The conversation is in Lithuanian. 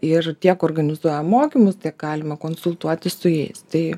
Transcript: ir tiek organizuojam mokymus tiek galima konsultuotis su jais tai